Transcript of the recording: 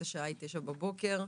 השעה היא תשע בבוקר.